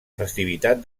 festivitat